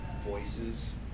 voices